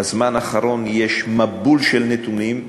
בזמן האחרון יש מבול של נתונים,